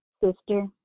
Sister